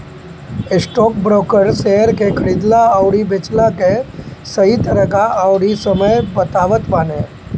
stockbroker share के खरीदला अउरी बेचला कअ सही तरीका अउरी समय बतावत बाने